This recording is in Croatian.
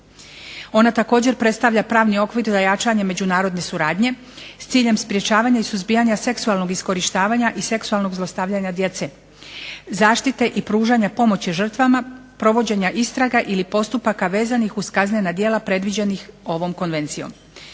Ona također predstavlja pravni okvir za jačanje međunarodne suradnje s ciljem sprječavanja i suzbijanja seksualnog iskorištavanja i seksualnog zlostavljanja djece, zaštite i pružanja pomoći žrtvama, provođenja istraga ili postupaka vezanih uz kaznena djela predviđenih ovom konvencijom.